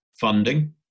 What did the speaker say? funding